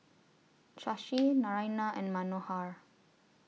Shashi Naraina and Manohar